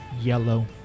yellow